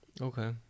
Okay